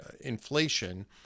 inflation